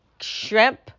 Shrimp